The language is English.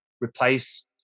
replace